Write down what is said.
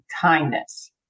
kindness